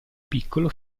piccolo